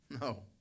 No